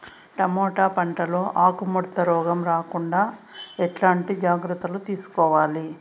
Tomato పంట లో ఆకు ముడత రోగం రాకుండా ఎట్లాంటి జాగ్రత్తలు తీసుకోవాలి?